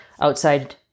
outside